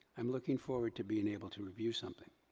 i'm looking forward to being able to review something.